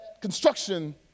construction